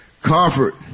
Comfort